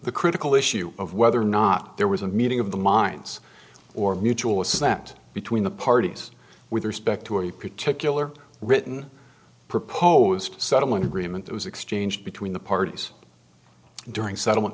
the critical issue of whether or not there was a meeting of the minds or mutual assent between the parties with respect to a particular written proposed settlement agreement that was exchanged between the parties during settlement